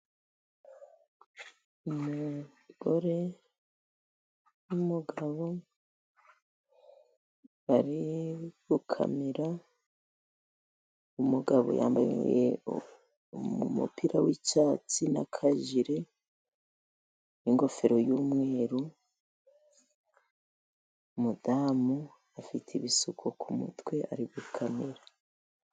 Umugore n'umugabo bari gukamera umugabo yambaye umupira w'icyatsi nakajire n'ingofero y'umweru, umudamu afite ibisuko kumutwe ari gukamera.